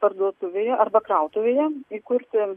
parduotuvėje arba krautuvėje įkurti